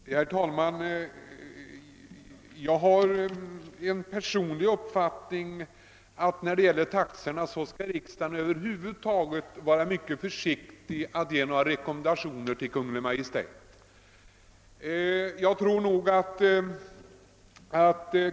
Herr talman! Jag har den personliga uppfattningen att riksdagen över huvud taget skall vara mycket försiktig med att ge några rekommendationer till Kungl. Maj:t beträffande taxorna.